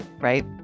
right